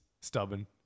stubborn